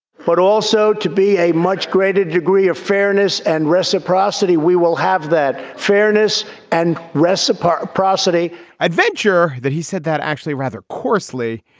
but also to be a much greater degree of fairness and reciprocity. we will have that fairness and reciprocity i'd venture that he said that actually rather cautiously.